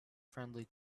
friendly